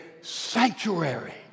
sanctuary